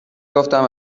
گفتم